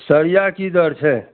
सरिया की दर छै